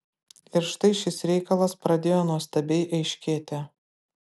ir štai šis reikalas pradėjo nuostabiai aiškėti